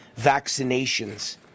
vaccinations